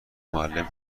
معلم